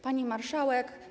Pani Marszałek!